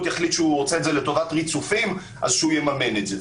יחליט שהוא עושה את זה לטובת ריצופים - שהוא יממן את זה.